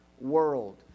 world